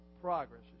Progress